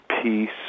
peace